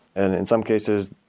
and in some cases,